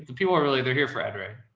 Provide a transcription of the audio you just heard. people are really they're here for addre.